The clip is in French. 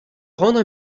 rendre